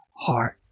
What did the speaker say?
heart